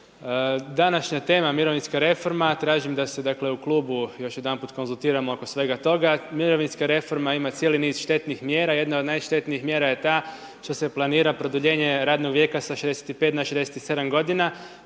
Današnja tema mirovinska reforma, tražim da se u klubu još jedanput konzultiramo oko svega toga, mirovinska reforma ima cijeli niz štetnih mjera, jedna on najštetnijih mjera je ta što se planira produljenje radnog vijeka sa 65 na 67 g.,